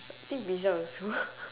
I think pizza also